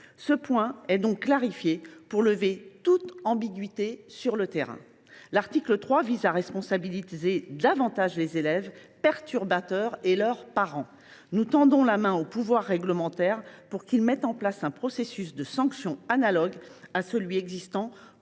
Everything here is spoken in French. Ce point est donc clarifié, afin de lever toute ambiguïté sur le terrain. L’article 3 vise à responsabiliser davantage les élèves perturbateurs et leurs parents. Nous tendons la main au pouvoir réglementaire pour qu’il mette en place un processus de sanction analogue à celui qui